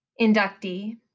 inductee